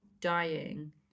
dying